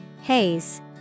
Haze